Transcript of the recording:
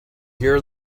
here